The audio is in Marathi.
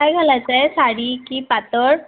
काय घालाचयं आहे साडी की पातळ